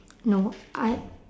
no I